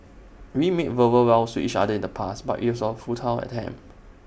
we made verbal vows to each other in the past but IT was A futile attempt